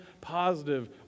positive